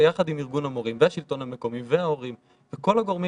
ביחד עם ארגון המורים והשלטון המקומי וההורים וכל הגורמים